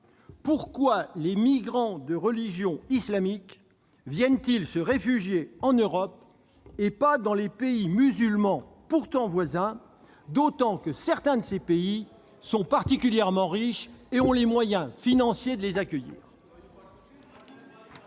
pourquoi les migrants de religion islamique viennent-ils se réfugier en Europe et pas dans les pays musulmans, pourtant voisins, d'autant que certains de ces pays sont particulièrement riches et ont les moyens financiers de les accueillir ?